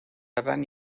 adán